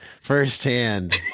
firsthand